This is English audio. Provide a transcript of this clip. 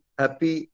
happy